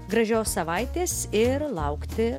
gražios savaitės ir laukti